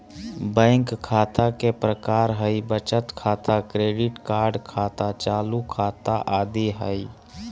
bank खता के प्रकार हइ बचत खाता, क्रेडिट कार्ड खाता, चालू खाता आदि हइ